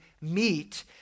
meet